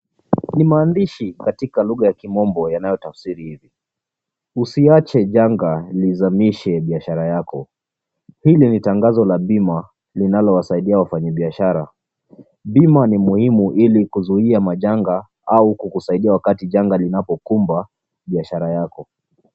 Ni maandishi katika lugha ya kimombo yanayotafsiri hivi. Usiache janga lizamishe biashara yako. Hili ni tangazo la bima linalowasaidia wafanyibiashara. Bima ni muhimu ili kuzuia majanga au kukusaidia wakati janga linapokumba biashara yako.